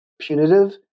punitive